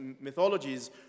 mythologies